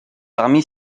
parmi